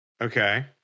Okay